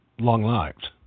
long-lived